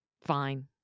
fine